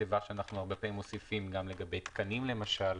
זו תיבה שאנחנו מוסיפים הרבה פעמים גם לגבי תקנים למשל.